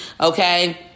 Okay